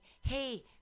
hey